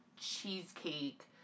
cheesecake